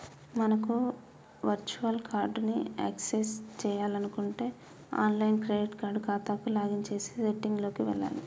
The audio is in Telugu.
మనకు వర్చువల్ కార్డ్ ని యాక్సెస్ చేయాలంటే ఆన్లైన్ క్రెడిట్ కార్డ్ ఖాతాకు లాగిన్ చేసి సెట్టింగ్ లోకి వెళ్లాలి